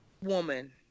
woman